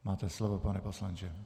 Máte slovo, pane poslanče.